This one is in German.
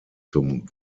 zum